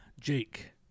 Jake